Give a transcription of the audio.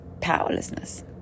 powerlessness